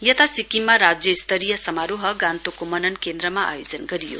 यता सिक्किममा राज्य स्तरीय समारोह गान्तोकको मनन केन्द्रमा आयोजना गरियो